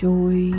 Joy